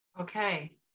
Okay